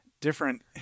different